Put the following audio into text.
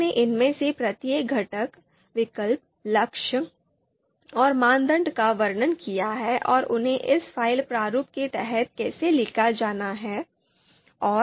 उन्होंने इनमें से प्रत्येक घटक विकल्प लक्ष्य और मानदंड का वर्णन किया है और उन्हें इस फ़ाइल प्रारूप के तहत कैसे लिखा जाना है